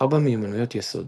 ארבע מיומנויות היסוד